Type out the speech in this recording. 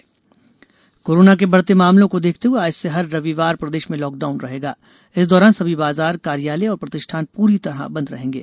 lockdown corona के बढ़ते मामलों को देखते हुए आज से हर रविवार प्रदेश में लॉकडाउन रहेगा इस दौरान सभी बाजार कार्यालय और प्रतिष्ठान पूरी तरह बंद रहेंगे